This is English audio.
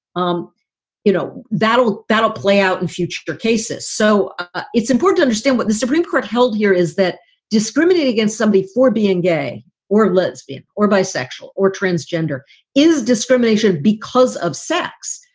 um you know, that'll that'll play out in future cases. so ah it's important. i understand what the supreme court held here is that discriminate against somebody for being gay or lesbian or bisexual or transgender is discrimination because of sex.